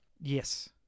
Yes